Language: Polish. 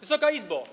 Wysoka Izbo!